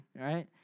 right